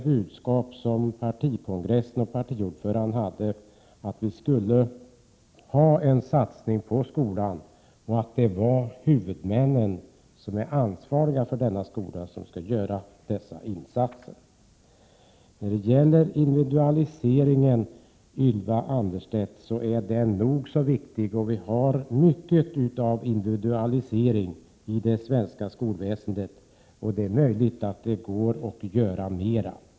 Budskapet från partikongressen och partiordföranden var också att vi skall göra en satsning på skolan och att det är huvudmännen som är ansvariga för denna skola som skall göra dessa insatser. Individualiseringen, Ylva Annerstedt, är nog så viktig. Vi har mycket av individualisering i det svenska skolväsendet. Det är möjligt att det går att göra mera.